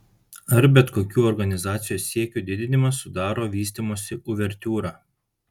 ar bet kokių organizacijos siekių didinimas sudaro vystymosi uvertiūrą